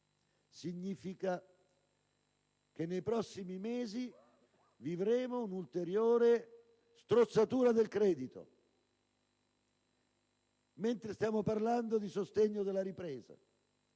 significa che nei prossimi mesi vivremo un'ulteriore strozzatura del credito, mentre stiamo parlando di sostegno della ripresa.